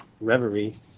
reverie